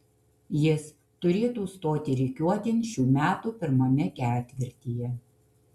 jis turėtų stoti rikiuotėn šių metų pirmame ketvirtyje